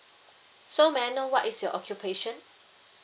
so may I know what is your occupation